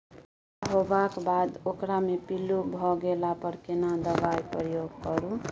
भूट्टा होबाक बाद ओकरा मे पील्लू भ गेला पर केना दबाई प्रयोग करू?